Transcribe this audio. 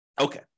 okay